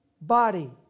body